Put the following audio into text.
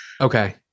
Okay